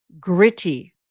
Gritty